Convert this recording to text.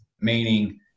meaning